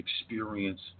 experience